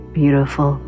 beautiful